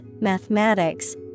mathematics